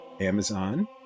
amazon